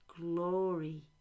glory